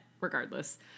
regardless